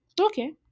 Okay